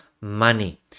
money